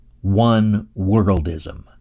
one-worldism